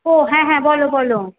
ও হ্যাঁ হ্যাঁ বলো বলো